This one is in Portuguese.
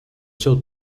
seu